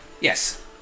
Yes